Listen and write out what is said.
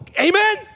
Amen